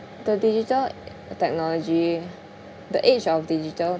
the digital technology the age of digital